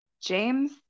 James